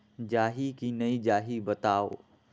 जाही की नइ जाही बताव?